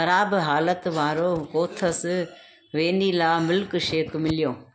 ख़राब हालत वारो कोथस वैनिला मिल्कशेक मिलियो